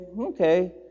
okay